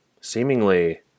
Seemingly